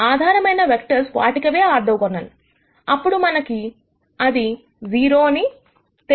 ఆధారమైన వెక్టర్స్ వాటికవే ఆర్థోగోనల్ అప్పుడు మనకి అది 0 అని తెలుస్తుంది